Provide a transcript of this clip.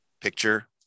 picture